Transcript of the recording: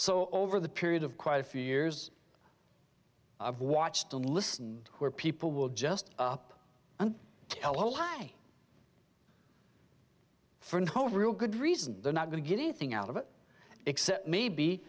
so over the period of quite a few years i've watched and listened where people will just up and tell a lie for no real good reason they're not going to get anything out of it except maybe